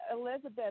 Elizabeth